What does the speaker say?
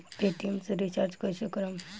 Paytm से recharge कईसे करम?